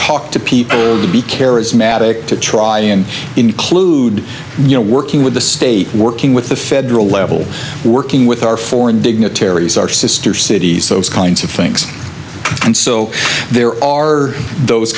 talk to people to be charismatic to try and include you know working with the state working with the federal level working with our foreign dignitaries our sister cities those kinds of things and so there are those